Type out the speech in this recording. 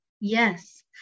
Yes